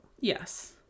yes